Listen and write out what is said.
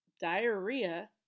diarrhea